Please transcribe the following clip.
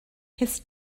his